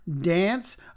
dance